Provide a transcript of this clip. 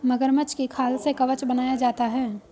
मगरमच्छ की खाल से कवच बनाया जाता है